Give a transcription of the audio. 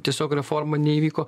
tiesiog reforma neįvyko